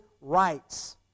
rights